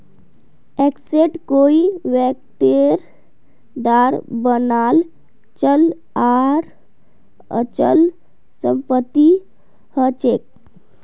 asset कोई व्यक्तिर द्वारा बनाल चल आर अचल संपत्ति हछेक